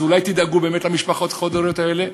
אז אולי תדאגו באמת למשפחות החד-הוריות האלה?